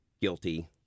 guilty